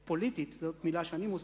פוליטית, זאת מלה שאני מוסיף,